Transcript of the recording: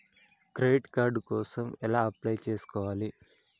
Credit card కోసం ఎలా apply చేసుకోవాలి?